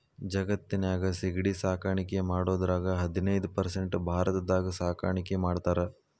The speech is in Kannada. ಜಗತ್ತಿನ್ಯಾಗ ಸಿಗಡಿ ಸಾಕಾಣಿಕೆ ಮಾಡೋದ್ರಾಗ ಹದಿನೈದ್ ಪರ್ಸೆಂಟ್ ಭಾರತದಾಗ ಸಾಕಾಣಿಕೆ ಮಾಡ್ತಾರ